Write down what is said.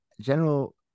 general